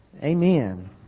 Amen